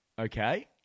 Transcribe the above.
Okay